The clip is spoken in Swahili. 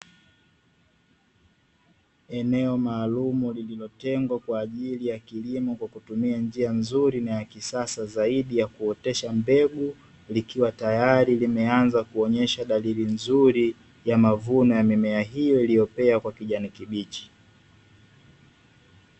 Eneo maalumu lilitotengwa kwa ajili ya kilimo kwa kutumia njia nzuri na ya kisasa zaidi ya kuotesha mbegu, likiwa tayari limeanza kuonesha dalili nzuri ya mavuno ya mimea hiyo iliyopea kwa kijani kibichi.